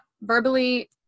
verbally